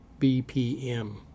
BPM